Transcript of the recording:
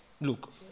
Look